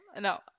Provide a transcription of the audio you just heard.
no